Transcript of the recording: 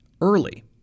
early